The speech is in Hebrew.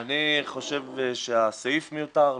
אני חושב שהסעיף מיותר,